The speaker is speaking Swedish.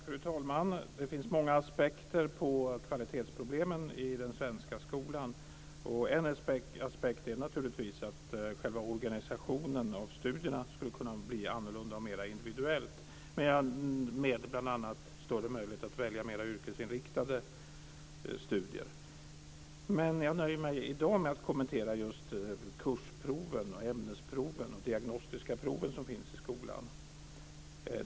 Fru talman! Det finns många aspekter på kvalitetsproblemen i den svenska skolan. En aspekt är naturligtvis att själva organisationen av studierna skulle kunna bli annorlunda och mera individuell, med bl.a. större möjlighet att välja mera yrkesinriktade studier. Men jag nöjer mig i dag med att kommentera just kursproven, ämnesproven och de diagnostiska proven som finns i skolan.